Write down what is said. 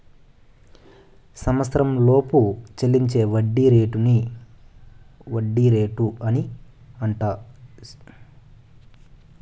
సంవచ్చరంలోపు చెల్లించే వడ్డీ రేటు అని సెపుతారు